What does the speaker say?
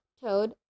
toad